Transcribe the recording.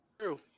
true